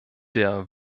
der